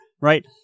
Right